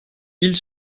ille